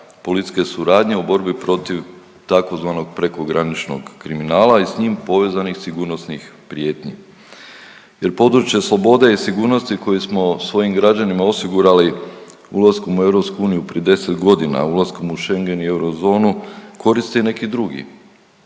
policijske suradnje u borbi protiv tzv. prekograničnog kriminala i s njim povezanih sigurnosnih prijetnji jer područje slobode i sigurnosti koje smo svojim građanima osigurali ulaskom u EU prije 10 godina, ulaskom u Schengen i eurozonu koriste neki drugi,